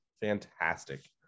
fantastic